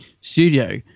studio